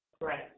Right